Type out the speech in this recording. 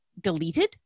deleted